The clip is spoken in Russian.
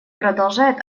продолжает